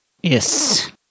Yes